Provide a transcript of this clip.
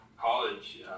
college